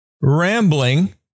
rambling